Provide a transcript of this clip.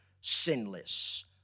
sinless